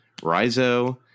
Rizo